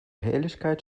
helligkeit